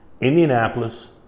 Indianapolis